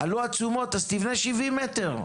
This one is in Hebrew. עלו התשומות, אז תבנה 70 מ"ר,